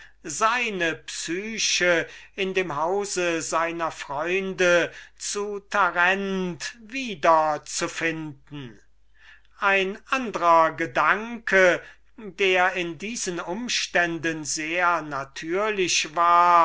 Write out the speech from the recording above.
sehen sie in dem gynäceo seiner freunde zu tarent wieder zu finden ein andrer gedanke der in diesen umständen sehr natürlich war